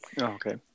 Okay